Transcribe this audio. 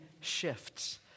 shifts